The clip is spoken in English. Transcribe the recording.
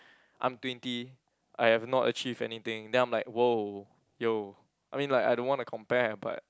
I'm twenty I have not achieve anything then I'm like !wow! !yo! I mean like I don't wanna compare but